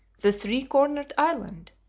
the three-cornered island,